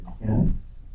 mechanics